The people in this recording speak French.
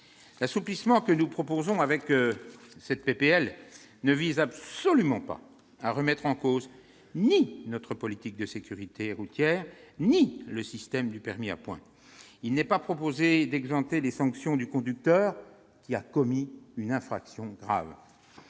L'assouplissement que nous proposons à travers ce texte ne vise absolument pas à remettre en cause notre politique de sécurité routière ou le système du permis à points. Il n'est pas proposé d'exempter de sanctions le conducteur qui a commis une infraction grave.